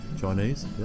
Chinese